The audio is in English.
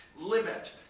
limit